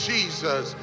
Jesus